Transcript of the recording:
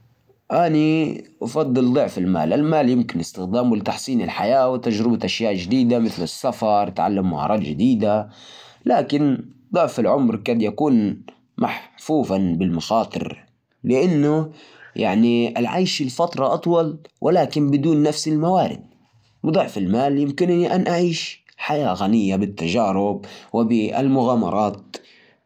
أنا بصراحة أفضل يكون عندي ضعف أمري. الفلوس ممكن تجي وتروح. لكن لو عندي ضعف أمري أقدر أعيش أكثر، أتعلم أكثر، أكتسب خبرات وأصلح أخطائي، وأرجع أعيش اللحظة من جديد. الفلوس تقدر تجمعها في أي وقت. لكن العمر، العمر ما يتعوض.